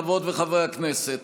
חברות וחברי הכנסת,